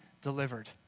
delivered